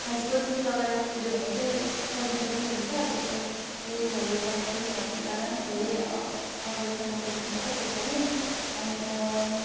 sports shoes लगाएर कुद्यो भने चाहिँ सजिलो पनि हुन्छ त्यसले लेसहरू टाइट पनि भएको कारण धेरै अग अगाडिसम्म कुद्नसक्छ त्यस लागि अन्त